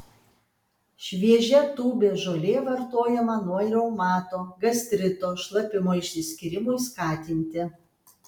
šviežia tūbės žolė vartojama nuo reumato gastrito šlapimo išsiskyrimui skatinti